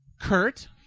Kurt